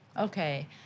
Okay